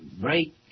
break